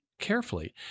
carefully